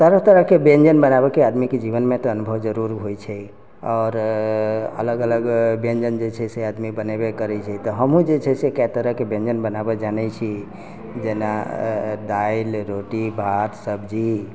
तरह तरहके व्यञ्जन बनाबयके आदमीके जीवनमे तऽ अनुभव जरूर होइ छै आओर अलग अलग व्यञ्जन जे छै से आदमी बनेबे करै छै तऽ हमहूँ जे छै से कए तरहके व्यञ्जन बनाबयके जनै छी जेना दालि रोटी भात सब्जी